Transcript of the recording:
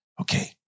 Okay